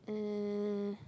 uh